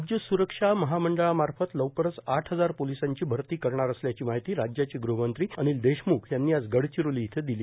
राज्य सुरक्षा महामंडळमार्फत लवकरच आठ हजार पोलिसांची भरती करणार असल्याची माहिती राज्याचे गृहमंत्री अनिल देशमुख यांनी आज गडविरोली इथं दिली